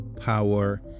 power